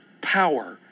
power